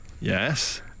Yes